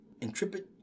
Intrepid